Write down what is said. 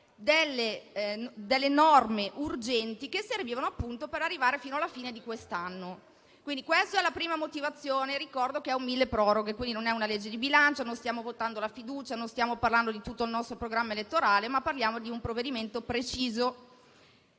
delle norme urgenti che erano necessarie per arrivare fino alla fine di quest'anno. Quindi, questa è la prima motivazione. Ricordo che è un milleproroghe: non è una legge di bilancio, non stiamo votando la fiducia e non stiamo parlando di tutto il nostro programma elettorale, ma parliamo di un provvedimento preciso.